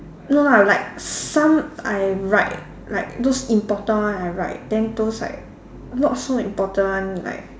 no lah like some I write like those important one I write then those like not so important one like